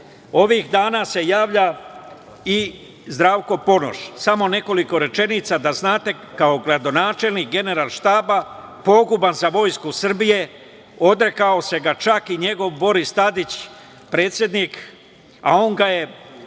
ovih dana se javlja i Zdravko Ponoš. Samo ću nekoliko rečenica, da znate. Kao načelnik Generalštaba, poguban za vojsku Srbije, odrekao ga se čak i njegov Boris Tadić, predsednik, smenio ga,